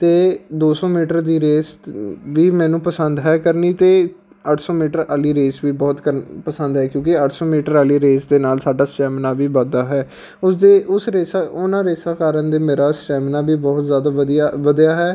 ਅਤੇ ਦੋ ਸੌ ਮੀਟਰ ਦੀ ਰੇਸ ਵੀ ਮੈਨੂੰ ਪਸੰਦ ਹੈ ਕਰਨੀ ਅਤੇ ਅੱਠ ਸੌ ਮੀਟਰ ਵਾਲੀ ਰੇਸ ਵੀ ਬਹੁਤ ਕਰਨੀ ਪਸੰਦ ਹੈ ਕਿਉਂਕਿ ਇਹ ਅੱਠ ਸੌ ਮੀਟਰ ਵਾਲੀ ਰੇਸ ਦੇ ਨਾਲ ਸਾਡਾ ਸਟੈਮਨਾ ਵੀ ਵੱਧਦਾ ਹੈ ਉਸ ਦੇ ਉਸ ਰੇਸਾਂ ਉਹਨਾਂ ਰੇਸਾਂ ਕਾਰਨ ਦੇ ਮੇਰਾ ਸਟੈਮਨਾ ਵੀ ਬਹੁਤ ਜ਼ਿਆਦਾ ਵਧੀਆ ਵਧਿਆ ਹੈ